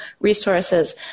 resources